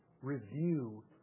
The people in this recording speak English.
review